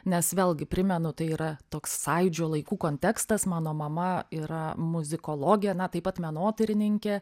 nes vėlgi primenu tai yra toks sąjūdžio laikų kontekstas mano mama yra muzikologė na taip pat menotyrininkė